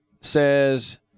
says